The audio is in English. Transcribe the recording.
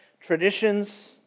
Traditions